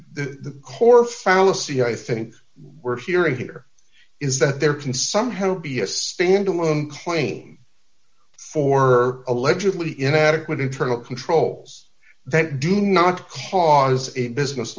the core fallacy i think we're hearing here is that there can somehow be a standalone claim for allegedly inadequate internal controls that do not cause a business